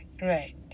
Right